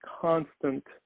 constant